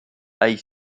high